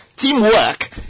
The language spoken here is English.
Teamwork